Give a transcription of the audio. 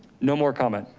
no more comments.